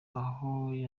aho